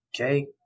Okay